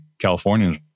Californians